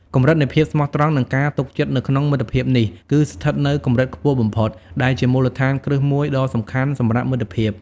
កម្រិតនៃភាពស្មោះត្រង់និងការទុកចិត្តនៅក្នុងមិត្តភាពនេះគឺស្ថិតនៅកម្រិតខ្ពស់បំផុត ដែលជាមូលដ្ឋានគ្រឹះមួយដ៏សំខាន់សម្រាប់មិត្តភាព។